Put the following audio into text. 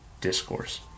Discourse